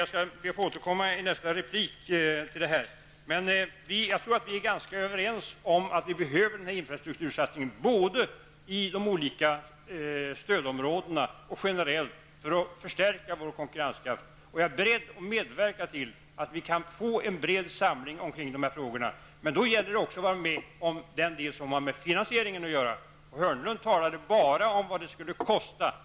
Jag skall be att få komma till några av dem i nästa inlägg. Jag tror emellertid att vi är ganska överens om att vi behöver denna infrastruktursatsning, både i de olika stödområdena och generellt, för att förstärka vår konkurrenskraft. Jag är beredd att medverka till en bred samling när det gäller dessa frågor, men då gäller det att också vara med och ställa upp bakom finansieringen. Börje Hörnlund talade bara om vad det skulle kosta.